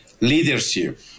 leadership